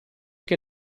che